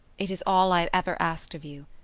it is all i ever asked of you.